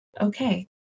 Okay